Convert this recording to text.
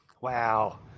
wow